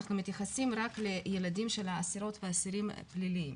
אנחנו מתייחסים רק לילדים של האסירות והאסירים פליליים,